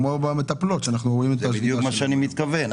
כמו במטפלות שאנחנו רואים -- זה בדיוק מה שאני מתכוון,